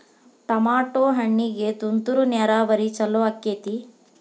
Tomato ಹಣ್ಣಿಗೆ ತುಂತುರು ನೇರಾವರಿ ಛಲೋ ಆಕ್ಕೆತಿ?